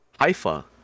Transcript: Haifa